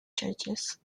judges